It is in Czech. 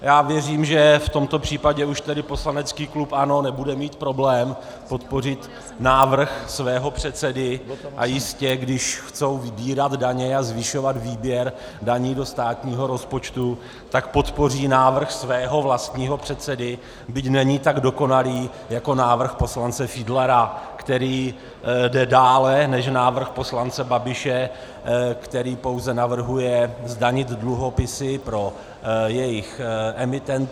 Já věřím, že v tomto případě už poslanecký klub ANO nebude mít problém podpořit návrh svého předsedy, a když chtějí vybírat daně a zvyšovat výběr daní do státního rozpočtu, tak jistě podpoří návrh svého vlastního předsedy, byť není tak dokonalý jako návrh poslance Fiedlera, který jde dále než návrh poslance Babiše, který pouze navrhuje zdanit dluhopisy pro jejich emitenty.